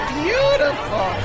beautiful